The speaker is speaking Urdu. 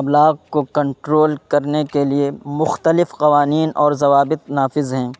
ابلاغ کو کنٹرول کرنے کے لیے مختلف قوانین اور ضوابط نافذ ہیں